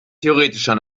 theoretischer